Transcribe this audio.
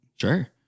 Sure